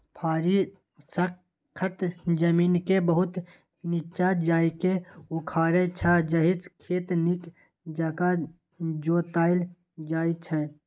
फारी सक्खत जमीनकेँ बहुत नीच्चाँ जाकए उखारै छै जाहिसँ खेत नीक जकाँ जोताएल जाइ छै